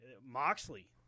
Moxley